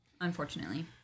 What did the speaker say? Unfortunately